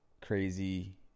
crazy